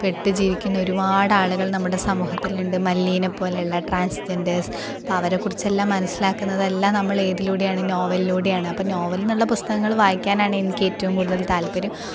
പെട്ട് ജീവിക്കുന്ന ഒരുപാട് ആളുകൾ നമ്മുടെ സമൂഹത്തിൽ ഉണ്ട് മല്ലീനെ പോലെ ഉള്ള ട്രാൻസ്ജെൻഡേഴ്സ് അപ്പോൾ അവരെക്കുറിച്ചെല്ലാം മനസ്സിലാക്കുന്നത് എല്ലാം നമ്മൾ ഏതിലൂടെയാണ് നോവലിലുയുടെയാണ് അപ്പോൾ നോവൽ എന്നുള്ള പുസ്തകങ്ങൾ വായിക്കാനാനെനിക്ക് ഏറ്റവും കൂടുതൽ താൽപ്പര്യം